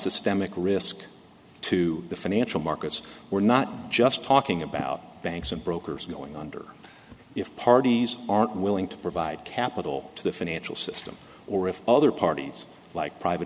systemic risk to the financial markets we're not just talking about banks and brokers going under if parties aren't willing to provide capital to the financial system or if other parties like private